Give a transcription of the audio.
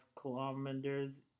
kilometers